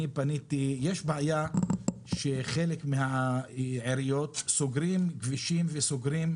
אני פניתי יש בעיה שחלק מהעיריות סוגרות כבישים וסוגרות